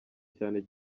cyane